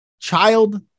child